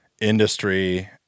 industry